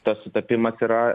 tas sutapimas yra